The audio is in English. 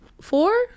four